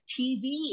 TV